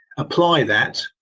apply that,